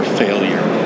failure